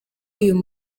uyu